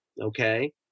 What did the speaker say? okay